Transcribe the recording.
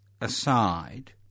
aside